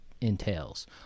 entails